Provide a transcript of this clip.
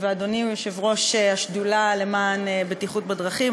אדוני הוא יושב-ראש השדולה למען בטיחות בדרכים,